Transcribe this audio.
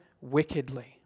wickedly